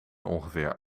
ongeveer